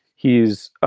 he's